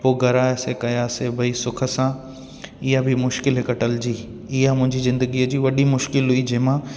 पोइ घरु आयासि कयासि भई सुख सां इहा बि मुश्किलु हिकु टलिजी इहा मुंहिंजी ज़िंदगीअ जी वॾी मुश्किलु हुई जंहिंमां